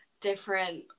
different